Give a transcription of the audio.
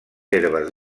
herbes